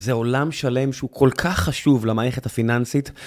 זה עולם שלם שהוא כל כך חשוב למערכת הפיננסית.